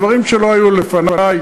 דברים שלא היו לפני.